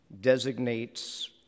designates